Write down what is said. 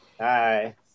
Hi